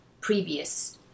previous